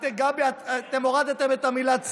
גבי, אתם הורדתם את המילה "ציונות".